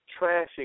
trashing